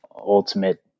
ultimate